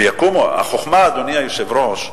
החוכמה, אדוני היושב-ראש,